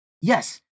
Yes